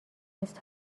نیست